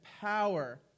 power